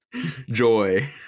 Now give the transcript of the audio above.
Joy